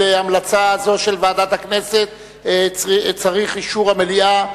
להמלצה זו של ועדת הכנסת צריך אישור המליאה,